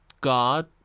God